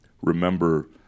remember